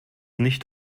nicht